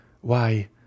Why